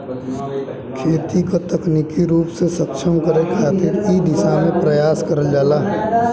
खेती क तकनीकी रूप से सक्षम करे खातिर इ दिशा में प्रयास करल जाला